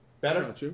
better